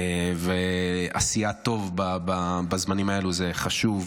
ועשיית טוב בזמנים האלה, וזה חשוב.